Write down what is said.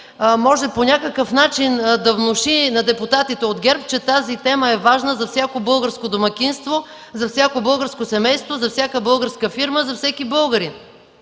може по някакъв начин да внуши на депутатите от ГЕРБ, че тази тема е важна за всяко българско домакинство, за всяко българско семейство, за всяка българска фирма, за всеки българин.